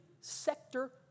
sector